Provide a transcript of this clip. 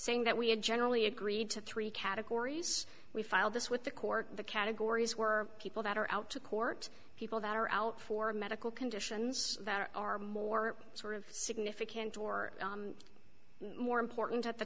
saying that we had generally agreed to three categories we filed this with the court the categories were people that are out to court people that are out for medical conditions that are more sort of significant or more important at the